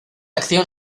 acción